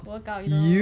workout you know